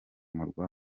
murwa